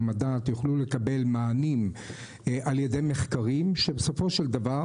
הדת יוכלו לקבל מענים על ידי מחקרים שבסופו של דבר,